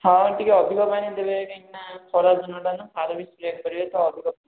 ହଁ ଟିକେ ଅଧିକ ପାଣି ଦେବେ କାହିଁକିନା ଖରା ଦିନଟା ନା ସାର ବି ସ୍ପ୍ରେ କରିବେ ତ ଅଧିକ